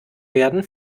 werden